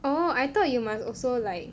oh I thought you must also like